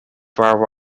war